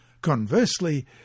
Conversely